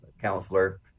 counselor